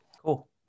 cool